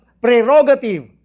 prerogative